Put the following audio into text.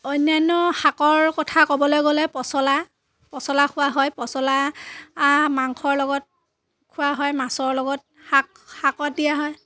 অন্যান্য শাকৰ কথা ক'বলৈ গ'লে পচলা পচলা খোৱা হয় পচলা মাংসৰ লগত খোৱা হয় মাছৰ লগত শাক শাকত দিয়া হয়